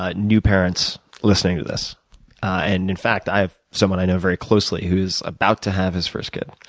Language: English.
ah new parents listening to this and in fact i have someone i know very closely who is about to have his first kid,